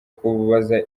kubaza